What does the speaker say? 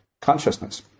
consciousness